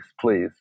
please